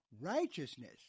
Righteousness